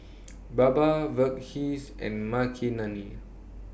Baba Verghese and Makineni